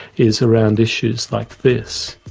is around issues like this.